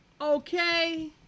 Okay